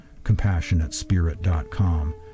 CompassionateSpirit.com